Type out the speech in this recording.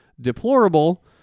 deplorable